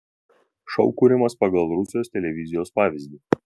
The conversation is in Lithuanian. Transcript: šou kuriamas pagal rusijos televizijos pavyzdį